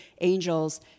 angels